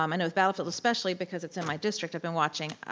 um know with battlefield especially because it's in my district i've been watching.